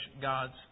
God's